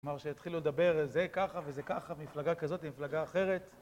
כלומר שהתחילו לדבר זה ככה וזה ככה, מפלגה כזאת ומפלגה אחרת